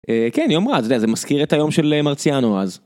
כן היא אומרה את זה זה מזכיר את היום של מרציאנו אז.